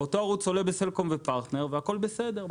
ואותו ערוץ עולה בסלקום ופרטנר והכול בסדר,